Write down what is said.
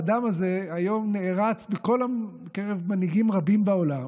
האדם הזה היום נערץ בקרב מנהיגים רבים בעולם